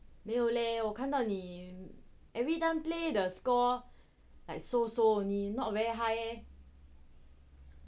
没有嘞我看到你 everytime play 的 score like so so only not very high